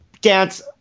Dance